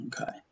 Okay